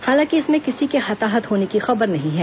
हालांकि इसमें किसी के हताहत होने की खबर नहीं है